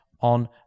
on